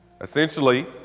Essentially